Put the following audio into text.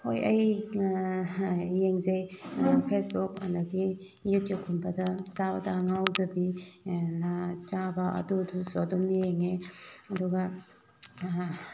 ꯍꯣꯏ ꯑꯩ ꯌꯦꯡꯖꯩ ꯐꯦꯁꯕꯨꯛ ꯑꯗꯒꯤ ꯌꯨꯇ꯭ꯌꯨꯕꯀꯨꯝꯕꯗ ꯆꯥꯕꯗ ꯉꯥꯎꯖꯕꯤ ꯅ ꯆꯥꯕ ꯑꯗꯨ ꯑꯗꯨꯁꯨ ꯑꯗꯨꯝ ꯌꯦꯡꯉꯦ ꯑꯗꯨꯒ